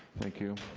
thank you.